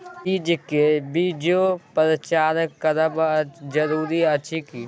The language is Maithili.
बीज के बीजोपचार करब जरूरी अछि की?